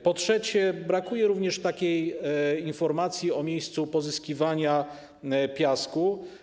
Po trzecie, brakuje również informacji o miejscu pozyskiwania piasku.